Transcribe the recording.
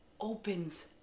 opens